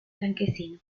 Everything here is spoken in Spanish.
blanquecino